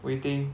waiting